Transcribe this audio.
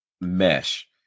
mesh